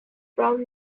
from